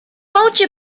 kącie